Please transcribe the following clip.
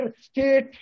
state